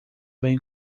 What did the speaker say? bem